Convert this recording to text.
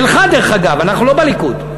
שלך, דרך אגב, אנחנו לא בליכוד.